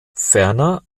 ferner